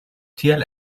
tial